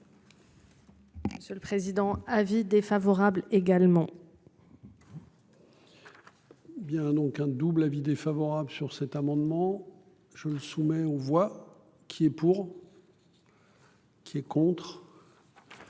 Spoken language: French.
Sur le président avis défavorable également. Bien, donc un double avis défavorable sur cet amendement, je le soumets aux voix qui est pour. Qui contre.